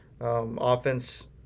Offense